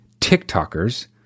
TikTokers